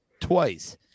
twice